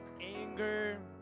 Anger